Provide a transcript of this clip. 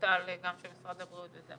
גם של משרד הבריאות.